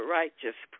righteous